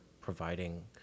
providing